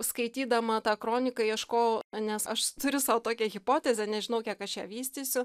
skaitydama tą kroniką ieškojau nes aš turiu sau tokią hipotezę nežinau kiek aš ją vystysiu